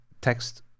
text